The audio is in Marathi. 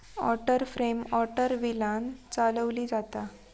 वॉटर फ्रेम वॉटर व्हीलांन चालवली जाता